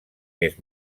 més